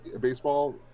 baseball